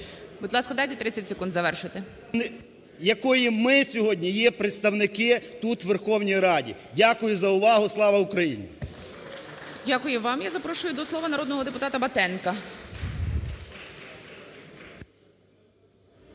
Будь ласка, дайте 30 секунд завершити. ЛЮШНЯК М.В. …якої ми сьогодні є представники тут, в Верховній Раді. Дякую за увагу. Слава Україні! ГОЛОВУЮЧИЙ. Дякую вам. Я запрошую до слова народного депутатаБатенка.